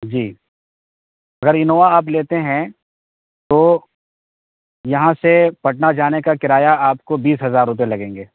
جی اگر انووا آپ لیتے ہیں تو یہاں سے پٹنہ جانے کا کرایہ آپ کو بیس ہزار روپیہ لگیں گے